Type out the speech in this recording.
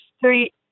three